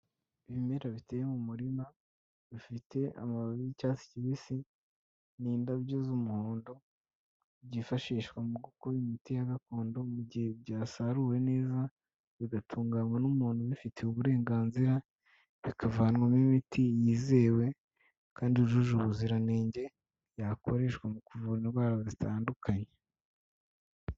Ibimera biteye mu murima, bifite amababi y'icyatsi kibisi n'indabyo z'umuhondo, byifashishwa mu gukora imiti ya gakondo mu gihe byasaruwe neza, bigatunganywa n'umuntu ubifitiye uburenganzira bikavanwamo imiti yizewe kandi yujuje ubuziranenge, yakoreshwa mu kuvura indwara zitandukanye.